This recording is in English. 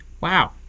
Wow